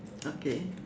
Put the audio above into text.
okay